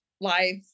life